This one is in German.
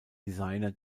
designer